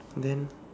then